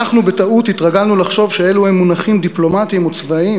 אנחנו בטעות התרגלנו לחשוב שאלו הם מונחים דיפלומטיים וצבאיים,